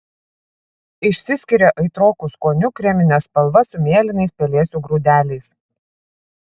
išsiskiria aitroku skoniu kremine spalva su mėlynais pelėsių grūdeliais